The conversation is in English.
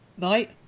night